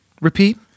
Repeat